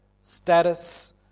status